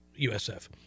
USF